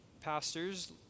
pastors